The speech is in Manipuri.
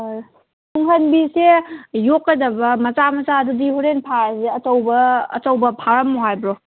ꯑꯣ ꯇꯨꯡꯍꯟꯕꯤꯁꯦ ꯌꯣꯛꯀꯗꯕ ꯃꯆꯥ ꯃꯆꯥꯗꯨꯗꯤ ꯍꯣꯔꯦꯟ ꯐꯥꯔꯁꯤ ꯑꯆꯧꯕ ꯑꯆꯧꯕ ꯐꯥꯔꯝꯃꯣ ꯍꯥꯏꯕ꯭ꯔꯣ